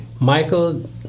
Michael